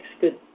good